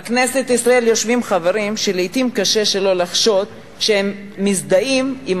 בכנסת ישראל יושבים חברים שלעתים קשה שלא לחשוד שהם מזדהים עם